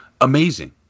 amazing